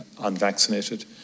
unvaccinated